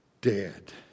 dead